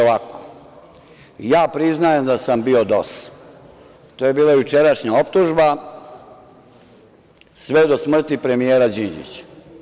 Ovako, ja priznajem da sam bio, to je bila jučerašnja optužba, sve do smrti premijera Đinđića.